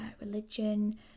religion